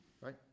right